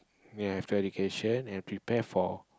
you have to education and prepare for